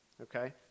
okay